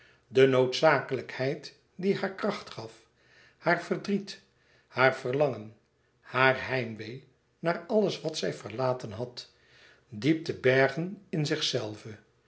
de noodzakelijkheid die haar kracht gaf haar verdriet haar verlangen haar heimwee naar alles wat zij verlaten had diep te bergen in zichzelve